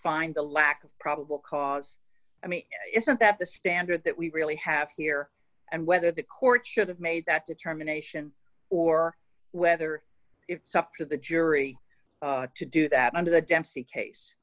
find the lack of probable cause i mean isn't that the standard that we really have here and whether the court should have made that determination or whether it's up to the jury to do that under the dempsey case